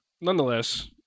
nonetheless